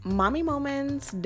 mommymoments